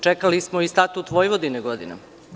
Čekali smo i Statut Vojvodine godinama.